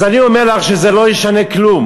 אז אני אומר לך שזה לא ישנה כלום.